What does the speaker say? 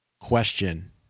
question